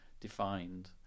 defined